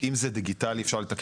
אם זה דיגיטלי, אפשר לתקן.